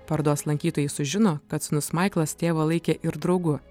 parodos lankytojai sužino kad sūnus maiklas tėvą laikė ir draugu